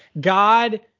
God